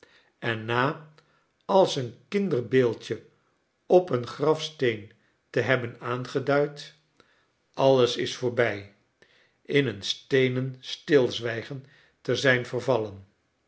en na als een kinderbeeldje op een grafsteen te hebben aangeduid alles is voorbij in een steenen stilzwijgen te zijn vervallen